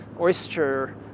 oyster